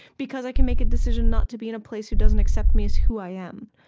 because i can make a decision not to be in a place who doesn't accept me as who i am